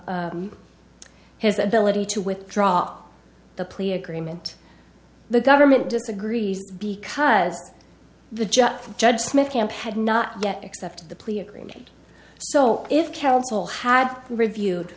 of his ability to withdraw the plea agreement the government disagrees because the judge judge smith camp had not yet accepted the plea agreement so if counsel had reviewed